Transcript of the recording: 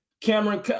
Cameron